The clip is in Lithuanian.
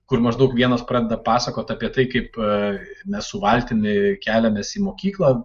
kur maždaug vienas pradeda pasakot apie tai kaip mes su valtimi keliamės į mokyklą